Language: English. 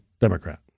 Democrat